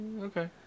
Okay